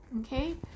Okay